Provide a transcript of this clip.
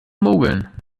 mogeln